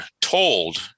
told